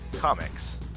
comics